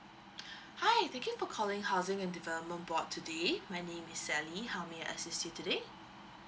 hi thank you for calling housing and development board today my name is sally how may I assist you today